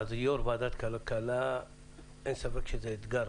אז להיות יושב-ראש ועדת הכלכלה אין ספק שזה אתגר